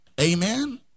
Amen